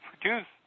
produce